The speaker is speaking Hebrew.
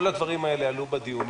כל הדברים האלה עלו בדיונים,